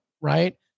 right